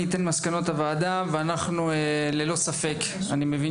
אני אתן את מסקנות הוועדה וללא ספק אני מבין